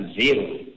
zero